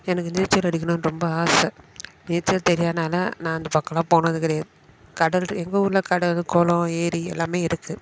எனக்கு நீச்சல் அடிக்கணுன்னு ரொம்ப ஆசை நீச்சல் தெரியாதனால நான் அந்த பக்கம்லாம் போனது கிடையாது கடல் எங்கள் ஊரில் கடல் குளம் ஏரி எல்லாமே இருக்கு